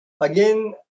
Again